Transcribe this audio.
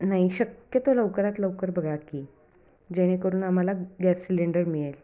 नाही शक्यतो लवकरात लवकर बघा की जेणेकरून आम्हाला गॅस सिलेंडर मिळेल